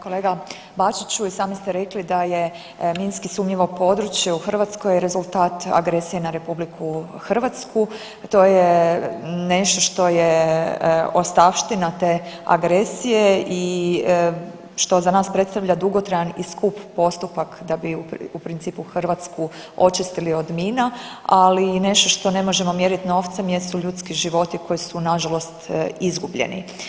Kolega Bačiću i sami ste rekli da je minski sumnjivo područje u Hrvatskoj rezultat agresije na RH, to je nešto što je ostavština te agresije i što za nas predstavlja dugotrajan i skup postupak da bi u principu Hrvatsku očistili od mina, ali i nešto što ne možemo mjeriti novcem jesu ljudski životi koji su nažalost izgubljeni.